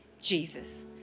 Jesus